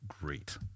great